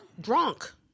Drunk